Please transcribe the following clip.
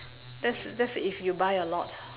that's that's if you buy a lot